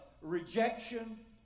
rejection